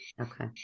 Okay